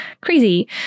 crazy